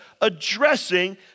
addressing